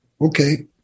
okay